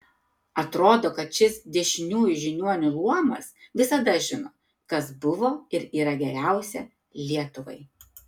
atrodo kad šis dešiniųjų žiniuonių luomas visada žino kas buvo ir yra geriausia lietuvai